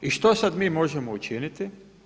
I što sada mi možemo učiniti.